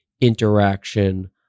interaction